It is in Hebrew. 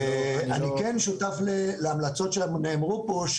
אני כן שותף להמלצות שלנו שנאמרו פה,